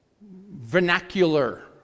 vernacular